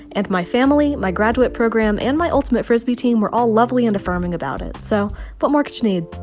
and my family, my graduate program, and my ultimate frisbee team were all lovely and affirming about it. so what more could you need?